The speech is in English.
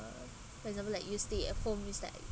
uh for example like you stay at home is like